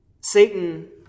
Satan